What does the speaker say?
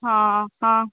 हँ हँ